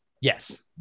Yes